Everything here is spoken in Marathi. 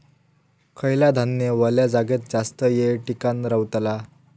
खयला धान्य वल्या जागेत जास्त येळ टिकान रवतला?